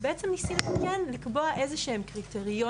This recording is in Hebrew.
בעצם ניסינו כן לקבוע איזה שהם קריטריונים,